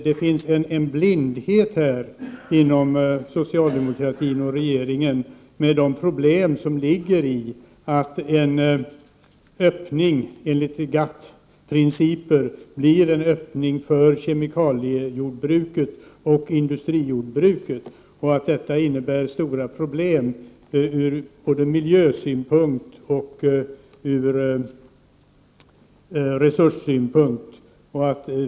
Det finns en blindhet inom socialdemokratin och regeringen inför de problem som ligger i att en öppning enligt GATT-principen blir en öppning för kemikaliejordbruket och industrijordbruket. Detta innebär stora problem både ur miljösynpunkt och ur resurssynpunkt.